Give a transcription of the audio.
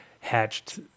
hatched